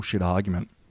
argument